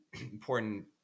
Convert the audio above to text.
important